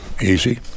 Easy